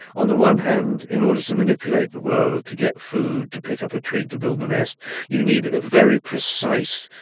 on the one hand, in order to manipulate the world to get food, to pick up a twig to build a nest you need a very precise,